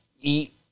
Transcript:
eat